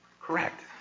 correct